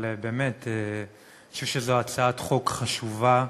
אני חושב שזאת הצעת חוק חשובה.